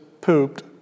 pooped